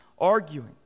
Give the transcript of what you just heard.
arguing